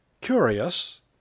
curious